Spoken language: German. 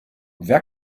wer